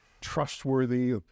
trustworthy